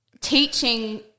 teaching